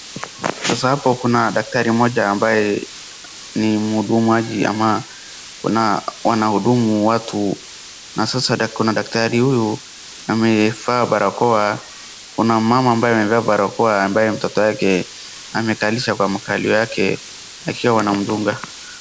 Sasa hapo kuna daktari mmoja ambaye ni mhudumaji ama kuna wanahudumu watu na sasa kuna daktari huyu amevaa barakoa, kuna mmama ambaye amevaa barakoa ambaye mtoto yake amekalisha kwa makalio yake akiwa wanamdunga.